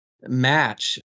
match